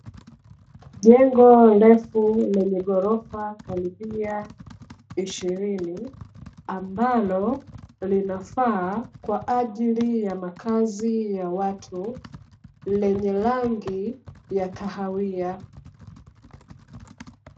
Jengo refu lenye ghorofa karibia ishirini, ambalo linafaa kwa ajili ya makazi ya watu, lenye rangi ya kahawia.